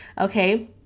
Okay